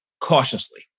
cautiously